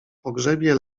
pogrzebie